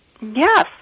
Yes